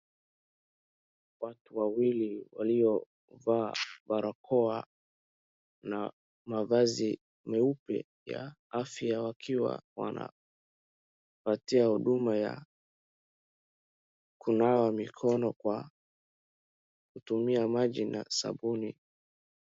watu wawili waliovaa barakoa na mavazi meupe ya afya wakiwa wanapatia huduma ya kunawa mikono kwa kutumia maji na sabuni.